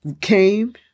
came